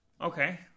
Okay